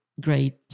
great